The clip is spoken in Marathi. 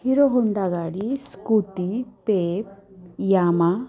हिरो होंडा गाडी स्कूटी पे यामा